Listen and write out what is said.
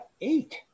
eight